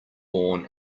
born